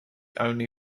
only